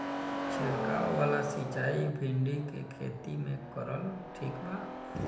छीरकाव वाला सिचाई भिंडी के खेती मे करल ठीक बा?